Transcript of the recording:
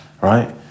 right